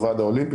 לוועד האולימפי,